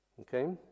Okay